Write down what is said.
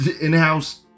in-house